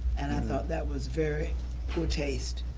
and i thought that was very poor taste,